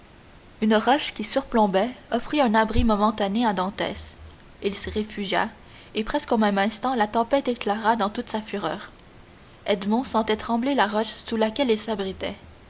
une roche qui surplombait offrit un abri momentané à dantès il s'y réfugia et presque au même instant la tempête éclata dans toute sa fureur edmond sentait trembler la roche sous laquelle il s'abritait